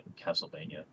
Castlevania